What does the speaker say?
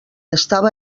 estava